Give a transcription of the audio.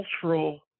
cultural